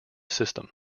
system